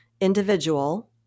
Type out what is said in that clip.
individual